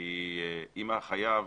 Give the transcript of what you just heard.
כי אם החייב,